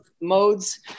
modes